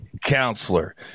Counselor